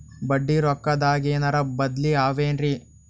ಬಡ್ಡಿ ರೊಕ್ಕದಾಗೇನರ ಬದ್ಲೀ ಅವೇನ್ರಿ?